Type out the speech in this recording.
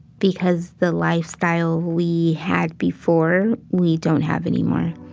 because the lifestyle we had before, we don't have anymore,